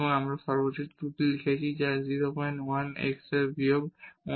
আমরা এখানে সর্বোচ্চ ত্রুটি লিখেছি যা 01 x বিয়োগ 1